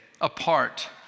apart